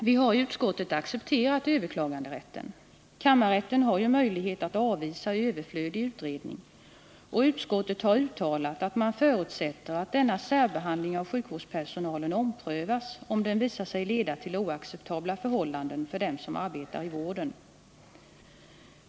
Vi har i utskottet accepterat överklaganderätten. Kammarrätten har ju möjlighet att avvisa överflödig utredning, och utskottet har uttalat att man förutsätter att denna särbehandling av sjukvårdspersonalen omprövas om den visar sig leda till oacceptabla förhållanden för dem som arbetar i vården.